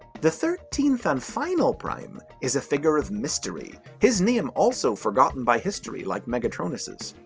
the thirteenth and final prime is a figure of mystery, his name also forgotten by history like megatronus's.